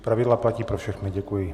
Pravidla platí pro všechny, děkuji.